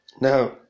Now